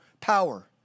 Power